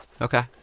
Okay